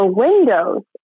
windows